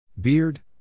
Beard